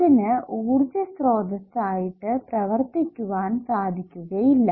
അതിനു ഊർജ്ജ സ്രോതസ്സ് ആയിട്ട് പ്രവൃത്തിക്കുവാൻ സാധിക്കുകയില്ല